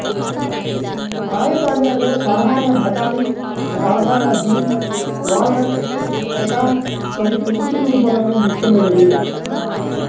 కాయధాన్యాలలో సాధారణ బఠానీ, సాధారణ బీన్, వాల్నట్, పెకాన్ మరియు పొద్దుతిరుగుడు మొదలైనవి ముఖ్యమైనవి